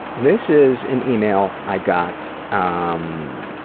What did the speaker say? this is an email i got um